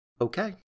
okay